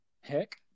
Heck